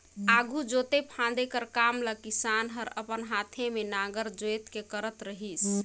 आघु जोते फादे कर काम ल किसान हर अपन हाथे मे नांगर जोएत के करत रहिस